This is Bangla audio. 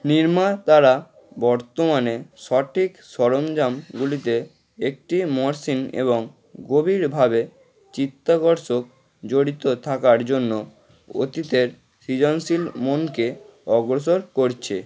নির্মাতারা বর্তমানে সঠিক সরঞ্জামগুলিতে একটি মরস ইন এবং গভীরভাবে চিত্তাকর্ষক জড়িত থাকার জন্য অতীতের সৃজনশীল মনকে অগ্রসর করছে